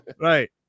Right